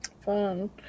Fun